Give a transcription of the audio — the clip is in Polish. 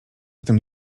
tym